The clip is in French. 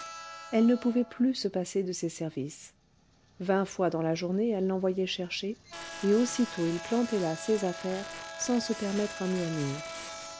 elle ne pouvait plus se passer de ses services vingt fois dans la journée elle l'envoyait chercher et aussitôt il plantait là ses affaires sans se permettre un murmure